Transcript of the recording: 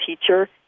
teacher